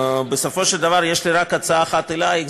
בסופו של דבר יש לי רק הצעה אחת אלייך,